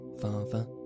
father